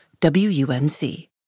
WUNC